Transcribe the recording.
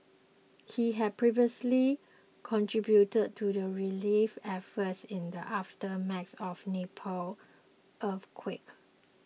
he had previously contributed to the relief efforts in the aftermath of Nepal earthquake